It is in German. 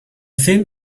film